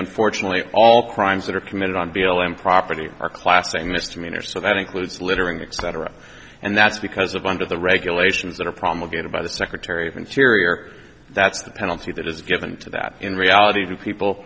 unfortunately all crimes that are committed on b l m property are class a misdemeanor so that includes littering except right and that's because of under the regulations that are promulgated by the secretary of interior that's the penalty that is given to that in reality two people